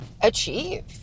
achieve